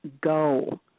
go